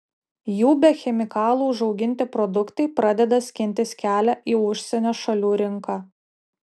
jų be chemikalų užauginti produktai pradeda skintis kelią į užsienio šalių rinką